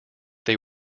they